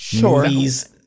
Movies